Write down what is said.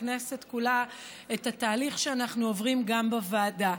הכנסת כולה את התהליך שאנחנו עוברים גם בוועדה.